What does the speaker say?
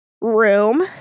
room